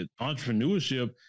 entrepreneurship